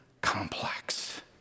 Complex